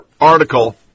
article